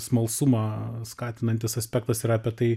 smalsumą skatinantis aspektas yra apie tai